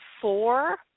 four